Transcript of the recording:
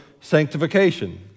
sanctification